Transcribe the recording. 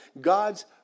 God's